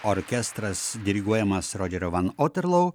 orkestras diriguojamas rodžerio van oerlau